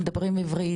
מדברים עברית,